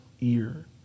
ear